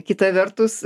kita vertus